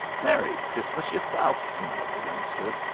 merry chrissmus yerself! smiled the youngster.